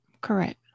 Correct